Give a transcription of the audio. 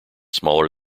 smaller